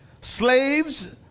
Slaves